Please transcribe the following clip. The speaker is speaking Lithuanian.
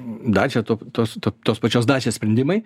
dacia to tos to tos pačios dacia sprendimai